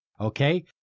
Okay